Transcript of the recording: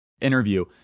interview